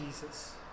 Jesus